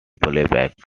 playback